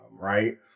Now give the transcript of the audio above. right